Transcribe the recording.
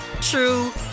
true